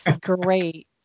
great